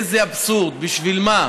איזה אבסורד, בשביל מה?